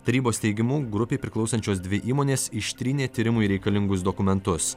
tarybos teigimu grupei priklausančios dvi įmonės ištrynė tyrimui reikalingus dokumentus